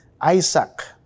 Isaac